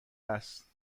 است